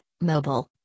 mobile